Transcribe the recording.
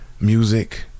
music